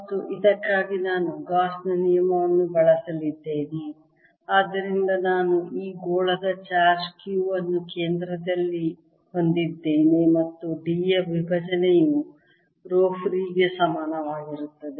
ಮತ್ತು ಇದಕ್ಕಾಗಿ ನಾನು ಗಾಸ್ ನ ನಿಯಮವನ್ನು ಬಳಸಲಿದ್ದೇನೆ ಆದ್ದರಿಂದ ನಾನು ಈ ಗೋಳದ ಚಾರ್ಜ್ Q ಅನ್ನು ಕೇಂದ್ರದಲ್ಲಿ ಹೊಂದಿದ್ದೇನೆ ಮತ್ತು D ಯ ವಿಭಜನೆಯು ರೋ ಫ್ರೀ ಗೆ ಸಮಾನವಾಗಿರುತ್ತದೆ